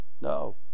no